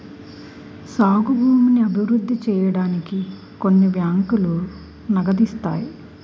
సాగు భూమిని అభివృద్ధి సేయడానికి కొన్ని బ్యాంకులు నగదిత్తాయి